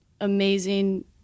amazing